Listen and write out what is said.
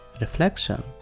Reflection